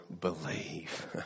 believe